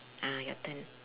ah your turn